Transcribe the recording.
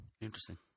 Interesting